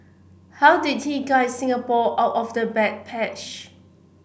how did he guide Singapore out of the bad patch